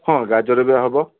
ହଁ ଗାଜର ବି ହେବ